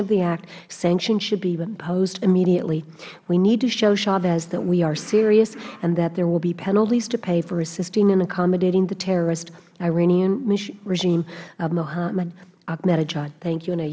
of the act sanctions should be imposed immediately we need to show chavez that we are serious and that there will be penalties to pay for assisting and accommodating the terrorist iranian regime of mohammed ahmadinejad thank you and i